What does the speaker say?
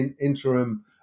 interim